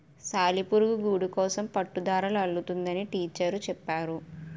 సాలిపురుగు గూడుకోసం పట్టుదారాలు అల్లుతుందని టీచరు చెప్పేరు